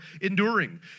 enduring